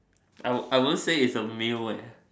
I w~ I won't say it's a meal eh